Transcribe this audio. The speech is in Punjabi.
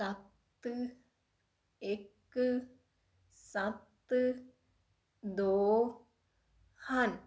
ਸੱਤ ਇੱਕ ਸੱਤ ਦੋ ਹਨ